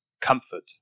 Comfort